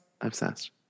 Obsessed